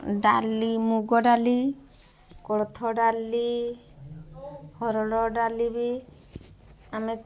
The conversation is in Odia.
ଡାଲି ମୁଗ ଡ଼ାଲି କୋଳଥ ଡାଲି ହରଡ଼ ଡାଲି ବି ଆମେ